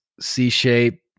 C-shape